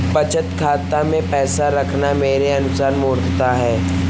बचत खाता मैं पैसा रखना मेरे अनुसार मूर्खता है